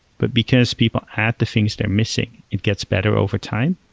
but because people add the things they're missing, it gets better overtime.